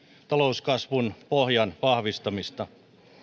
talouskasvun pohjan vahvistamista